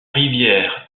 rivière